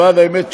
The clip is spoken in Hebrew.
למען האמת,